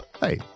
Hey